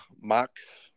Max